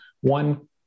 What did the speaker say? one